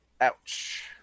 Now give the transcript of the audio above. ouch